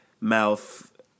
mouth